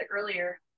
earlier